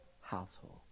household